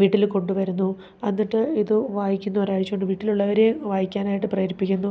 വീട്ടിൽ കൊണ്ടു വരുന്നു എന്നിട്ട് ഇതു വായിക്കുന്ന ഒരാഴ്ച് കൊണ്ട് വീട്ടിലുള്ളവരെ വായിക്കാനായിട്ട് പ്രേരിപ്പിക്കുന്നു